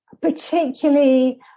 particularly